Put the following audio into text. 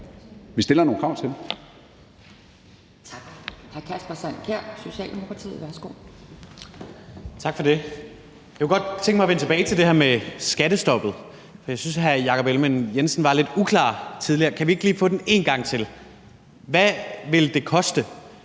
vi stiller nogle krav til